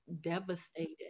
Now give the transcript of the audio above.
devastated